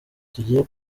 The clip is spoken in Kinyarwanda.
tugiye